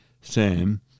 SAM